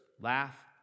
laugh